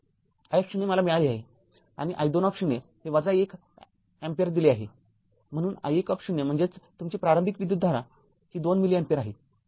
तर i मला मिळाले आहे आणि i२० हे १ अँपिअर दिले आहे म्हणून i१० म्हणजे तुमची प्रारंभिक विद्युतधारा ही २ मिली अँपिअर आहे